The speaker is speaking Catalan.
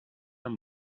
amb